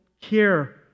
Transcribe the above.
care